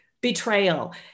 betrayal